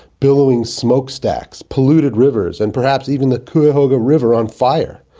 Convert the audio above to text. billowing smoke stacks, polluted rivers, and perhaps even the cuyahoga river on fire.